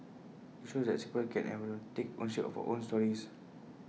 IT shows that Singaporeans can and will take ownership of our own stories